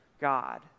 God